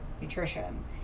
nutrition